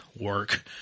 work